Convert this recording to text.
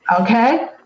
Okay